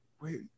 wait